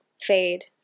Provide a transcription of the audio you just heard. fade